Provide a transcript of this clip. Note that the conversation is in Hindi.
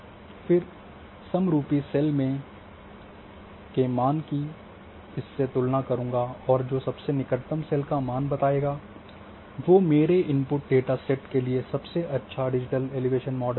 फिर समरूपी सेल के मान की इससे तुलना करूँगा और जो सबसे निकटतम सेल का मान बताएगा वो मेरे इनपुट डेटा सेट के लिए सबसे अच्छा डिजिटल एलिवेशन मॉडल होगा